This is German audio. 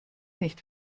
nicht